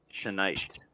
tonight